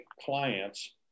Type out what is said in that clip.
clients